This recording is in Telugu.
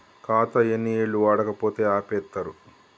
ఖాతా ఎన్ని ఏళ్లు వాడకపోతే ఆపేత్తరు?